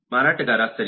ಮಾರಾಟಗಾರ ಸರಿ